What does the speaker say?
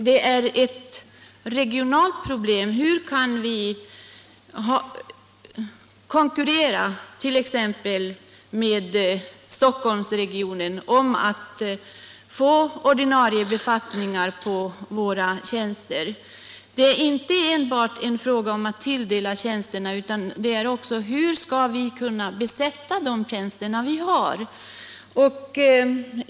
Det är ett regionalt problem: Hur kan vi konkurrera t.ex. med Stockholmsregionen om att få ordinarie befattningshavare på våra tjänster? Det är inte enbart en fråga om tilldelning av tjänster, utan problemet är också hur vi skall kunna besätta de tjänster vi har.